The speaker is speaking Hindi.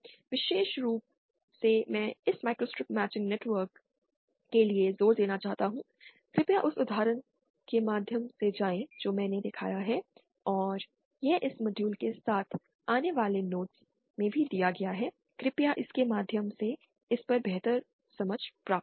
विशेष रूप से मैं इस माइक्रोस्ट्रिप मैचिंग नेटवर्क के लिए जोर देना चाहता हूं कृपया उस उदाहरण के माध्यम से जाएं जो मैंने दिखाया है और यह इस मॉड्यूल के साथ आने वाले नोट्स में भी दिया गया है कृपया इसके माध्यम से इस पर बेहतर समझ प्राप्त करें